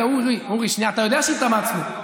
אורי, שנייה, אתה יודע שהתאמצנו.